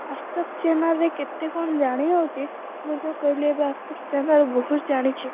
ଆଜ୍ ତକ୍ ଚ୍ୟାନେଲ୍ରେ କେତେ କ'ଣ ଜାଣି ହେଉଛି ମୁଁ ତ କହିଲି ଏବେ ଆଜ୍ ତକ୍ ଚ୍ୟାନେଲ୍ ବହୁତ ଜାଣିଛି